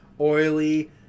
oily